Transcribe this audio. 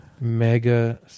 Mega